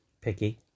Picky